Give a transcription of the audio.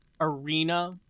arena